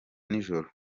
nijoro